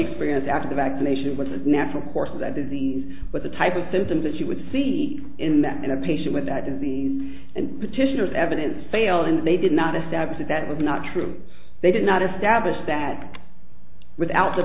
experienced after the vaccination was a natural course of that disease with the type of symptoms that you would see in that in a patient with that disease and petitioners evidence failed and they did not establish that that was not true they did not establish that without the